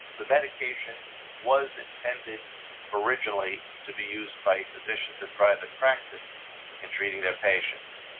the medication was intended originally to be used by physicians in private practice in treating their patients.